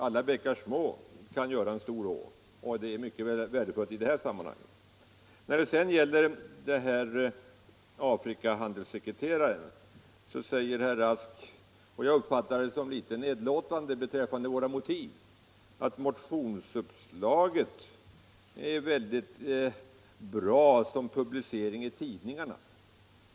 Många bäckar små kan göra en stor å — och det är mycket värdefullt i det här sammanhanget. När det sedan gäller handelssekreteraren i Afrika säger herr Rask — och jag uppfattar det som litet nedlåtande beträffande våra motiv — att motionsuppslaget är väldigt bra att publicera i tidningarna.